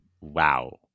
Wow